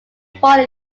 fall